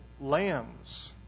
lambs